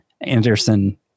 Anderson